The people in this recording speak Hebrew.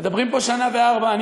מדברים פה שנה וארבעה חודשים.